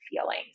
feelings